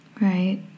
right